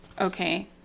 Okay